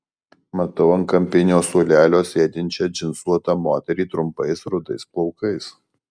matau ant kampinio suolelio sėdinčią džinsuotą moterį trumpais rudais plaukais